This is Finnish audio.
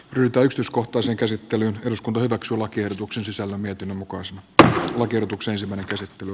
viitoituskohtaiseen käsittelyyn eduskunnalle maksulakiehdotuksen sisällä mietinnön mukaan sdp oikeutuksensa käsittely